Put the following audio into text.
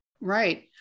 Right